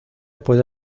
puede